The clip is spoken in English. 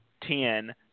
ten